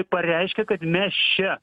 pareiškia kad mes čia